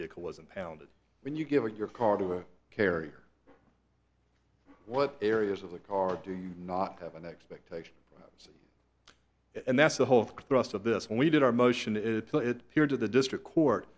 vehicle was impounded when you give it your car to a carrier what areas of the car do not have an expectation and that's the whole thrust of this when we did our motion is here to the district court